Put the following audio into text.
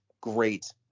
great